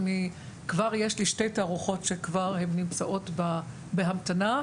וכבר יש לי שתי תערוכות שכבר נמצאות בהמתנה,